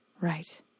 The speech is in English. Right